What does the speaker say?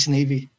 Navy